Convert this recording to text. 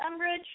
Umbridge